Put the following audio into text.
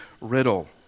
riddle